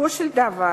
בסופו של דבר,